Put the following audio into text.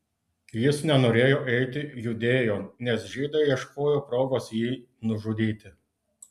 jis nenorėjo eiti judėjon nes žydai ieškojo progos jį nužudyti